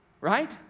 right